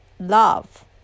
love